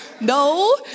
no